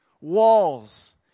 walls